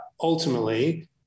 ultimately